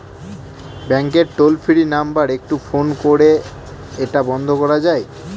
ব্যাংকের toll free number একটু phone করে এটা বন্ধ করা যায়?